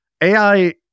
AI